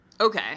Okay